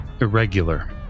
irregular